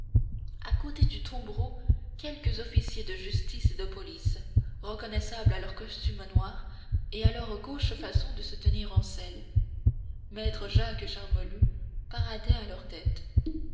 à côté du tombereau quelques officiers de justice et de police reconnaissables à leur costume noir et à leur gauche façon de se tenir en selle maître jacques charmolue paradait à leur tête